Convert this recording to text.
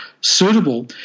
suitable